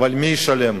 אבל מי ישלם?